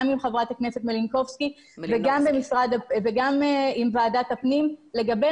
גם עם חברת הכנסת מלינובסקי וגם עם ועדת הפנים לגבי